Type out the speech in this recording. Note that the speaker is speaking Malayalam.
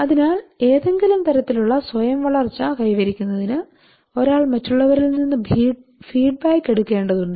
അതിനാൽ ഏതെങ്കിലും തരത്തിലുള്ള സ്വയം വളർച്ച കൈവരിക്കുന്നതിന് ഒരാൾ മറ്റുള്ളവരിൽ നിന്ന് ഫീഡ്ബാക്ക് എടുക്കേണ്ടതുണ്ട്